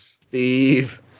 Steve